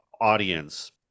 audience